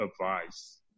advice